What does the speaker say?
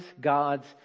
God's